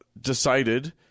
decided